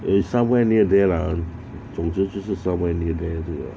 it's somewhere near there lah 总之就是 somewhere near there 对了